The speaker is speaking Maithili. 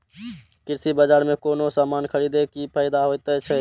कृषि बाजार में कोनो सामान खरीदे के कि फायदा होयत छै?